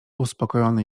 uspokojony